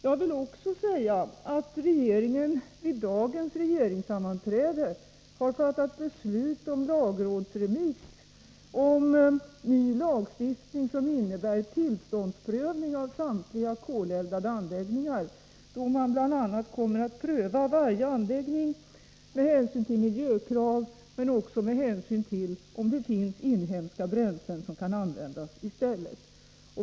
Jag vill också säga att regeringen vid dagens regeringssammanträde har fattat beslut om lagrådsremiss av ny lagstiftning, som innebär tillståndsprövning av samtliga koleldade anläggningar, då man bl.a. kommer att pröva varje anläggning med hänsyn till miljökrav men också med hänsyn till om det finns inhemska bränslen som kan användas i stället.